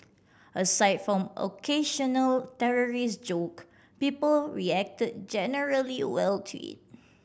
aside from occasional terrorist joke people react generally well to it